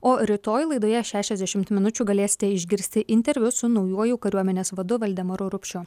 o rytoj laidoje šešiasdešimt minučių galėsite išgirsti interviu su naujuoju kariuomenės vadu valdemaru rupšiu